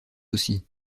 aussi